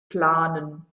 planen